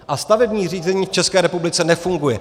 A stavební řízení v České republice nefunguje.